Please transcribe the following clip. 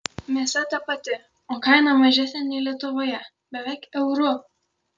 mėsa ta pati o kaina mažesnė nei lietuvoje beveik euru